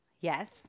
Yes